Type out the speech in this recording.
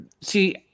see